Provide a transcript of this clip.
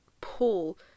pull